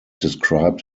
described